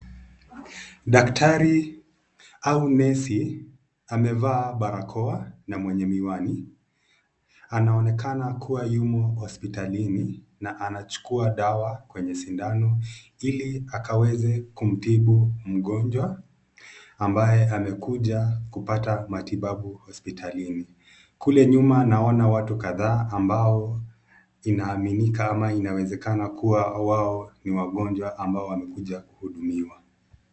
Daktari au nesi amevaa barakoa na mwenye miwani. Anaonekana kuwa yumo hospitalini na anachukua dawa kwenye sindano, ili akaweze kumtibu mgonjwa, ambaye amekuja kupata matibabu hospitalini. Kule nyuma naona watu kadhaa, ambao inaaminika ama inawezekana kuwa wao ni wagonjwa, ambao wamekuja kuhudumiwa.